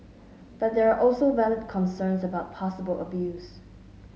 but there are also valid concerns about possible abuse